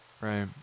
right